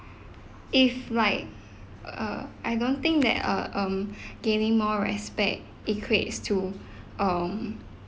if like err I don't think that err um giving more respect equates to um